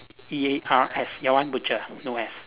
E R S your one butcher no S